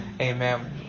Amen